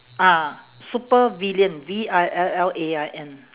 ah supervillain V I L L A I N